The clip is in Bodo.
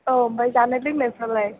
अ ओमफ्राय जानाय लोंनायफोरालाय